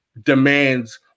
demands